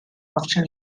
after